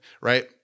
right